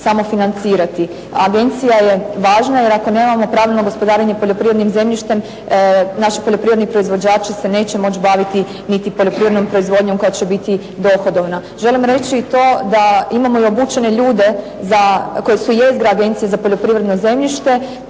samo financirati. A Agencija je važna jer ako nemamo pravilno gospodarenje poljoprivrednim zemljištem naši poljoprivredni proizvođači se neće moći baviti niti poljoprivrednom proizvodnjom koja će biti dohodovna. Želim reći i to da imamo i obučene ljude koji su jezgra Agencije za poljoprivredno zemljište